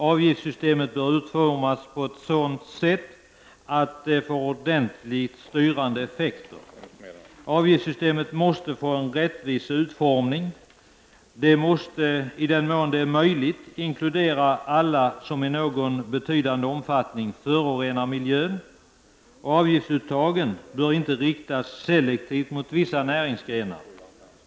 Avgiftssystemet bör utformas på ett sådant sätt att det får ordentligt styrande effekter. Avgiftssystemet måste få en rättvis utformning och måste, i den mån det är möjligt, inkludera alla som i någon betydande omfattning förorenar miljön. Avgiftsuttagen bör inte riktas selektivt mot vissa näringsgrenar.